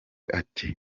ati